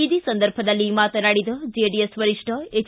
ಇದೇ ಸಂದರ್ಭದಲ್ಲಿ ಮಾತನಾಡಿದ ಜೆಡಿಎಸ್ ವರಿಷ್ಠ ಎಚ್